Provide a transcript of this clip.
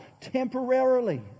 temporarily